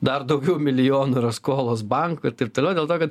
dar daugiau milijonų yra skolos bankui ir taip toliau dėl to kad